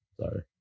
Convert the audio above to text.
Sorry